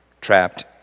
trapped